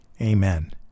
Amen